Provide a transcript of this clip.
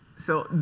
so,